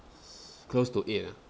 close to eight ah